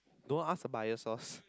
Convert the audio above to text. don't ask a bias source